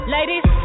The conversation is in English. Ladies